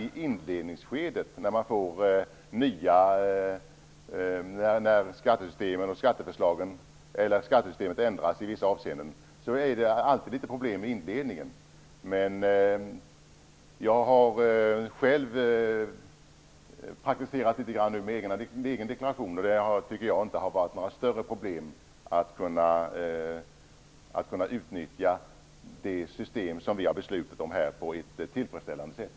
När skattesystemet ändras i vissa avseenden är det alltid litet problem i inledningen. Men jag har själv praktiserat litet grand med min egen deklaration, och jag tycker inte att det har varit några större problem att kunna utnyttja det system som vi har beslutat om här på ett tillfredsställande sätt.